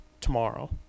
tomorrow